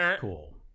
cool